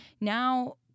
now